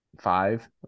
five